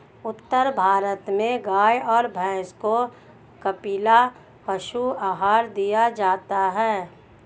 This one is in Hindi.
उत्तर भारत में गाय और भैंसों को कपिला पशु आहार दिया जाता है